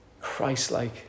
Christ-like